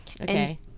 Okay